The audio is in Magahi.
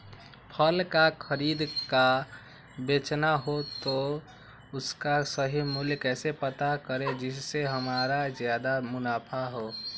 फल का खरीद का बेचना हो तो उसका सही मूल्य कैसे पता करें जिससे हमारा ज्याद मुनाफा हो?